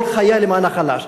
כל חיי למען החלש.